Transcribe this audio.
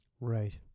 right